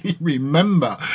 remember